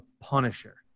Punisher